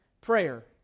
prayer